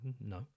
No